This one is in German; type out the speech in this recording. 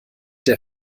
der